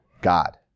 God